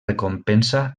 recompensa